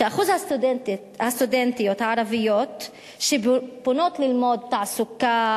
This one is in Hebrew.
שאחוז הסטודנטיות הערביות שפונות ללמוד מתמטיקה,